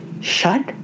Shut